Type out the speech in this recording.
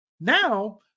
now